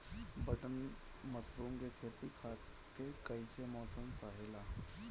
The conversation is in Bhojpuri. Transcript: बटन मशरूम के खेती खातिर कईसे मौसम चाहिला?